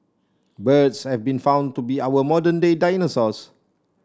birds have been found to be our modern day dinosaurs